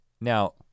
now